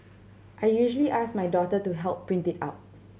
I usually ask my daughter to help print it out